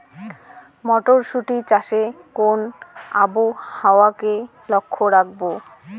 মটরশুটি চাষে কোন আবহাওয়াকে লক্ষ্য রাখবো?